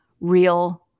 real